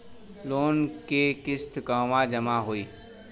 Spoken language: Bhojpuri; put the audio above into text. लोन के किस्त कहवा जामा होयी?